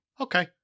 Okay